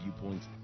viewpoints